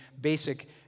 basic